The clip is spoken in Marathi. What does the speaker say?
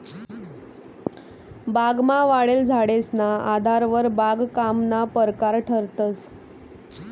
बागमा वाढेल झाडेसना आधारवर बागकामना परकार ठरतंस